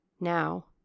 Now